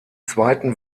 zweiten